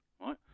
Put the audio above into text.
right